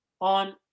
on